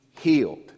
healed